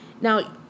Now